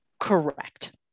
Correct